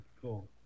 cool